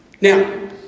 Now